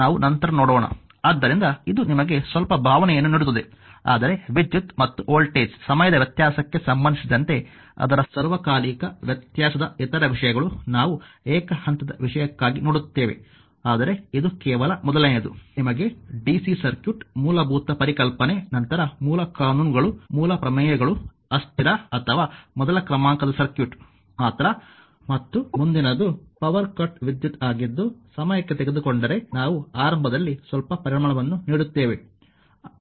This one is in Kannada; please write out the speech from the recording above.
ಆದ್ದರಿಂದ ಇದು ನಿಮಗೆ ಸ್ವಲ್ಪ ಭಾವನೆಯನ್ನು ನೀಡುತ್ತದೆ ಆದರೆ ವಿದ್ಯುತ್ ಮತ್ತು ವೋಲ್ಟೇಜ್ನ ಸಮಯದ ವ್ಯತ್ಯಾಸಕ್ಕೆ ಸಂಬಂಧಿಸಿದಂತೆ ಆದರ ಸಾರ್ವಕಾಲಿಕ ವ್ಯತ್ಯಾಸದ ಇತರ ವಿಷಯಗಳು ನಾವು ಏಕ ಹಂತದ ವಿಷಯಕ್ಕಾಗಿ ನೋಡುತ್ತೇವೆ ಆದರೆ ಇದು ಕೇವಲ ಮೊದಲನೆಯದು ನಿಮಗೆ ಡಿಸಿ ಸರ್ಕ್ಯೂಟ್ ಮೂಲಭೂತ ಪರಿಕಲ್ಪನೆ ನಂತರ ಮೂಲ ಕಾನೂನುಗಳು ಮೂಲ ಪ್ರಮೇಯಗಳು ಅಸ್ಥಿರ ಅಥವಾ ಮೊದಲ ಕ್ರಮಾಂಕ ಸರ್ಕ್ಯೂಟ್ ಮಾತ್ರ ಮತ್ತು ಮುಂದಿನದು ಪವರ್ ಕಟ್ ವಿದ್ಯುತ್ ಆಗಿದ್ದು ಸಮಯಕ್ಕೆ ತೆಗೆದುಕೊಂಡರೆ ನಾವು ಆರಂಭದಲ್ಲಿ ಸ್ವಲ್ಪ ಪರಿಮಳವನ್ನು ನೀಡುತ್ತೇವೆ